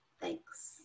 thanks